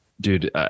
dude